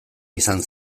izan